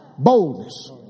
Boldness